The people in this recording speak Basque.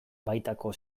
baitako